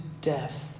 death